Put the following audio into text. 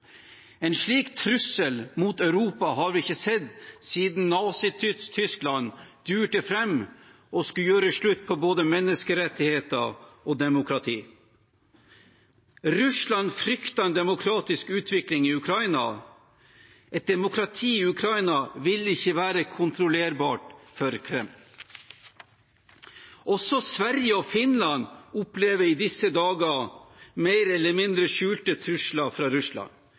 En slik trussel mot Europa har vi ikke sett siden Nazi-Tyskland durte fram og skulle gjøre slutt på både menneskerettigheter og demokrati. Russland fryktet en demokratisk utvikling i Ukraina. Et demokrati i Ukraina ville ikke være kontrollerbart for Kreml. Også Sverige og Finland opplever i disse dager mer eller mindre skjulte trusler fra Russland.